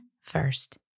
first